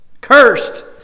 Cursed